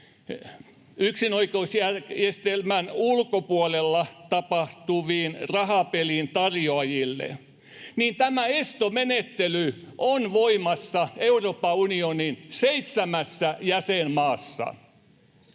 yksinoikeusjärjestelmän ulkopuolella tapahtuvien rahapelien tarjoajille, niin tämä estomenettely on voimassa Euroopan unionin seitsemässä jäsenmaassa.